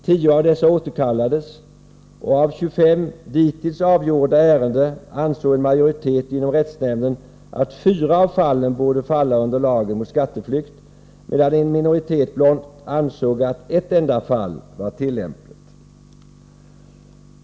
Tio av dessa återkallades, och av 25 dittills avgjorda ärenden ansåg en majoritet inom rättsnämnden att fyra borde falla under lagen mot skatteflykt, medan en minoritet blott ansåg att ett enda fall var tillämpligt.